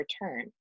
return